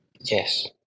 Yes